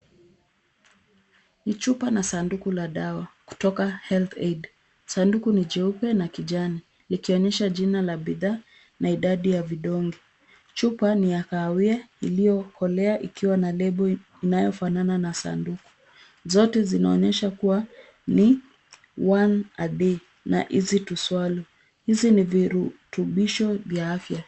Ni chupa na sanduku la dawa kutoka HealthAid. Sanduku ni jeupe na kijani likionyesha jina la bidhaa na idadi ya vidonge. Chupa ni ya kahawia iliyokolea ikiwa na lebo inayofanana na sanduku. Zote zinaonyesha kuwa ni one a day, easy to swallow . Hizi ni virutubisho vya afya.